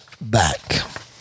back